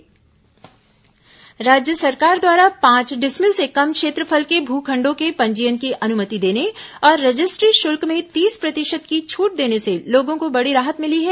भूखंड रजिस्ट्री राज्य सरकार द्वारा पांच डिसमिल से कम क्षेत्रफल के भू खंडों के पंजीयन की अनुमति देने और रजिस्ट्री शुल्क में तीस प्रतिशत की छूट देने से लोगों को बड़ी राहत मिली है